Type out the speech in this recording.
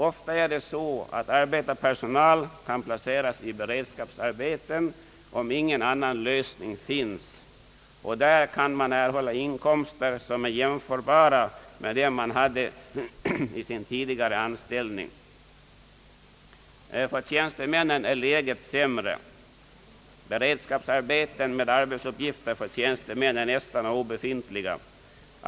Ofta kan arbetarpersonal placeras i beredskapsarbeten om ingen annan lösning finns, och där kan man erhålla inkomster som är jämförbara med dem som man hade i sin tidigare anställning. För tjänstemännen är läget sämre. Beredskapsarbeten med arbetsuppgifter för tjänstemän är nästan obefintliga.